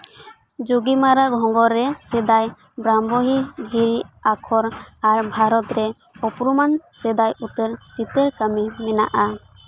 ᱡᱩᱜᱤ ᱢᱟᱨᱟᱝ ᱦᱚᱸᱜᱚᱨ ᱨᱮ ᱥᱮᱫᱟᱭ ᱵᱨᱟᱢᱚᱦᱤ ᱫᱷᱤᱨᱤ ᱟᱠᱷᱚᱨ ᱟᱨ ᱵᱷᱟᱨᱚᱛ ᱨᱮ ᱩᱯᱨᱩᱢᱟᱱ ᱥᱮᱫᱟᱭ ᱩᱛᱟᱹᱨ ᱪᱤᱛᱟᱹᱨ ᱠᱟᱹᱢᱤ ᱢᱮᱱᱟᱜᱼᱟ